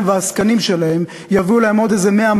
והעסקנים שלהם יביאו להם עוד איזה 100,